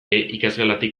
ikasgelatik